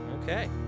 Okay